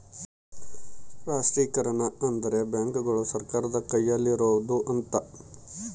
ರಾಷ್ಟ್ರೀಕರಣ ಅಂದ್ರೆ ಬ್ಯಾಂಕುಗಳು ಸರ್ಕಾರದ ಕೈಯಲ್ಲಿರೋಡು ಅಂತ